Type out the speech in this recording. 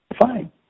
Fine